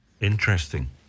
Interesting